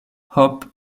hop